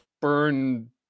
Burn